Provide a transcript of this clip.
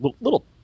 little